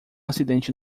acidente